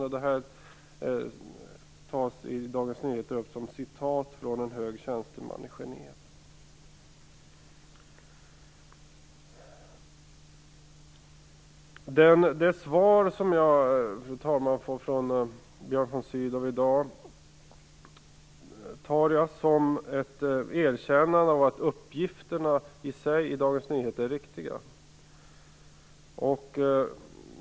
I Dagens Nyheter tas detta upp som ett citat från en hög tjänsteman i Genève. Fru talman! Det svar jag får från Björn von Sydow i dag tar jag som ett erkännande av att uppgifterna i Dagens Nyheter är riktiga i sig.